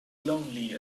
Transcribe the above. lonely